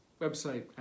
website